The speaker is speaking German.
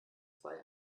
zwei